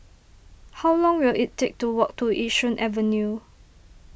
how long will it take to walk to Yishun Avenue